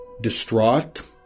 distraught